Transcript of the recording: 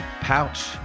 pouch